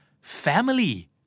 family